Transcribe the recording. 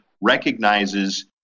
recognizes